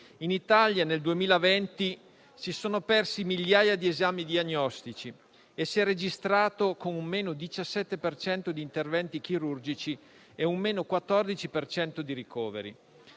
In Italia, nel 2020, si sono persi migliaia di esami diagnostici e si è registrato un meno 17 per cento di interventi chirurgici e un meno 14 per cento